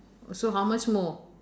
so how much more